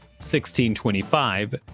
1625